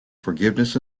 forgiveness